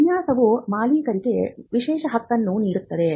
ವಿನ್ಯಾಸವು ಮಾಲೀಕರಿಗೆ ವಿಶೇಷ ಹಕ್ಕನ್ನು ನೀಡುತ್ತದೆ